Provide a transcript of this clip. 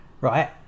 right